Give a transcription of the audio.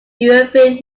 european